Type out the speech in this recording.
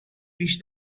ریش